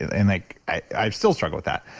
and like, i still struggle with that,